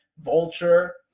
Vulture